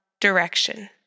direction